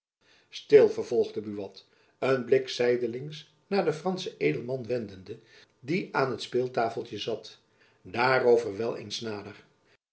stil vervolgde buat den blik zijdelings naar den franschen edelman wendende die aan het speeltafeltjen zat daarover wel eens nader